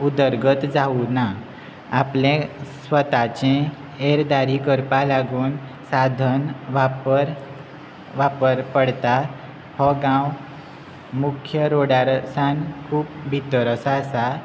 उदरगत जावंक ना आपले स्वताचे एरदारी करपा लागून साधन वापर वापर पडटा हो गांव मुख्य रोडार सावन खूब भितर असो आसा